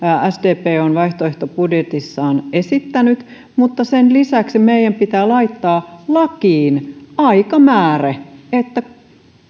sdp on vaihtoehtobudjetissaan esittänyt mutta sen lisäksi meidän pitää laittaa lakiin aikamääre että